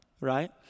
Right